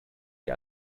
ihr